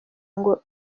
ngo